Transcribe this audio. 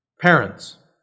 parents